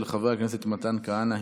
של חבר הכנסת מתן כהנא,